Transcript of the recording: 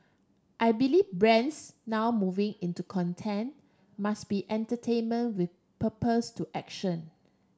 I believe brands now moving into content must be entertainment with purpose to action